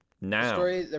now